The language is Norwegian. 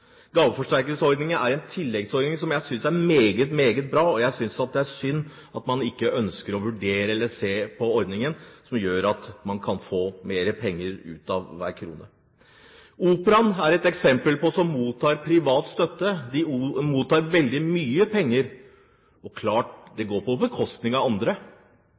Gaveforsterkningsordningen er en tilleggsordning som jeg synes er meget, meget bra, og jeg synes det er synd at man ikke ønsker å vurdere eller se på ordningen, som gjør at man kan få mer ut av hver krone. Operaen er et eksempel på en institusjon som mottar privat støtte. De mottar veldig mye penger, og klart: Det går på bekostning av andre.